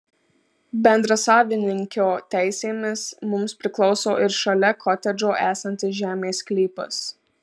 bendrasavininkio teisėmis mums priklauso ir šalia kotedžo esantis žemės sklypas